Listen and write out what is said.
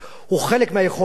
הוא חלק מהיכולת